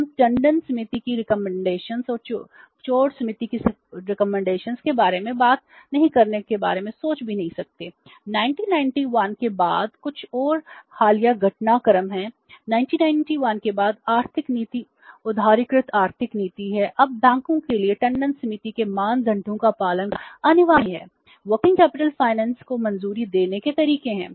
हम टंडन समिति की सिफारिशों को मंजूरी देने के तरीके हैं